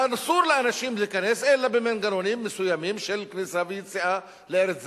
ואסור לאנשים להיכנס אלא במנגנונים מסוימים של כניסה ויציאה לארץ זרה.